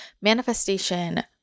manifestation